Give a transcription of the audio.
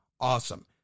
awesome